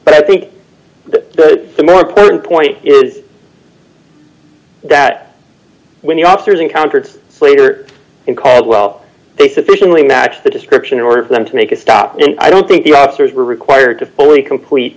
but i think that the more important point is that when your officers encountered slater in caldwell they sufficiently matched the description in order for them to make a stop and i don't think the officers were required to fully complete